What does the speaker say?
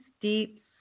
deep